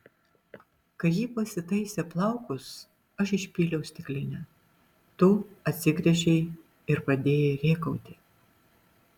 kai ji pasitaisė plaukus aš išpyliau stiklinę tu atsigręžei ir pradėjai rėkauti